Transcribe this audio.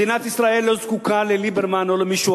מדינת ישראל לא זקוקה לליברמן או למישהו